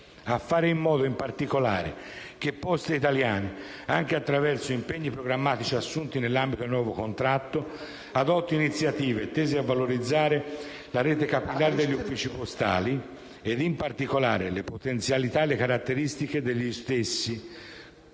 a fare in modo, in particolare, che Poste italiane SpA, anche attraverso impegni programmatici assunti nell'ambito del nuovo contratto adotti iniziative tese a valorizzare la rete capillare degli uffici postali, ed in particolare le potenzialità e le caratteristiche degli stessi